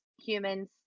humans